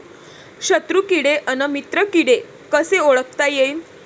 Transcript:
शत्रु किडे अन मित्र किडे कसे ओळखता येईन?